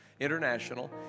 International